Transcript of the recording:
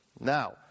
Now